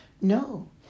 no